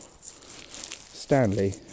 Stanley